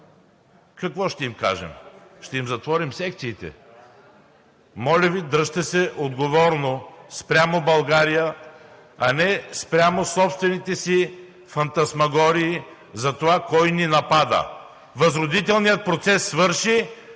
Какво ще им кажем? Ще им затворим секциите? Моля Ви дръжте се отговорно спрямо България, а не спрямо собствените си фантасмагории за това кой ни напада. Възродителният процес свърши.